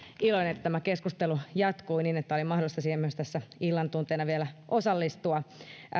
iloinen että tämä keskustelu jatkui niin että oli mahdollista siihen tässä illan tunteina vielä osallistua